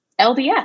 LDS